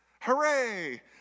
Hooray